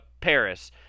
Paris